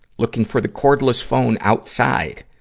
looking for the cordless phone outside.